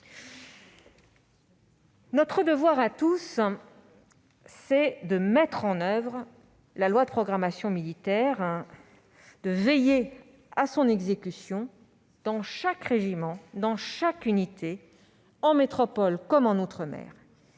Notre devoir à tous est de mettre en oeuvre la loi de programmation militaire, de veiller à son exécution, dans chaque régiment et chaque unité, en métropole comme en outre-mer.